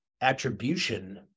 attribution